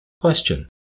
Question